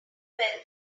wealth